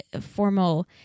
formal